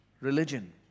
religion